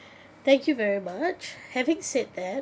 thank you very much having said that